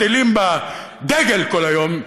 כל אלה שמתערטלים בדגל כל היום,